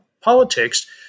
politics